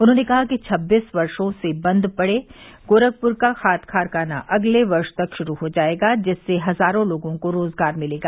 उन्होंने कहा कि छब्बीस वर्षों से बन्द गोरखपुर का खाद कारखाना अगले वर्ष तक शुरू हो जायेगा जिससे हजारो लोगों को रोजगार मिलेगा